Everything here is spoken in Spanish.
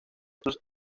sus